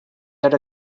yet